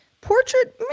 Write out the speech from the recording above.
portrait